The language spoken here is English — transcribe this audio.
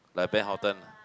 like Van-Houten lah